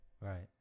right